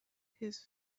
his